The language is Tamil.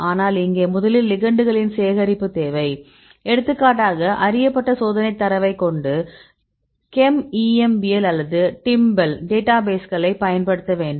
ஆனால் இங்கே முதலில் லிகெண்டுகளின் சேகரிப்பு தேவை எடுத்துக்காட்டாக அறியப்பட்ட சோதனை தரவைக் கொண்டு ChEMBL அல்லது டிம்பல் டேட்டாபேஸ்களைப் பயன்படுத்த வேண்டும்